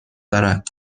دارد